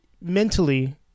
mentally